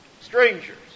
Strangers